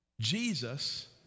Jesus